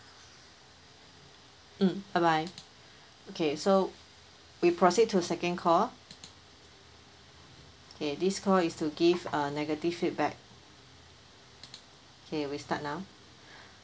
mm bye bye okay so we proceed to second call K this call is to give uh negative feedback K we start now